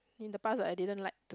in the past I didn't like to